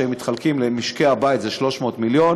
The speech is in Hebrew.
שמתחלקים: למשקי הבית 300 מיליון,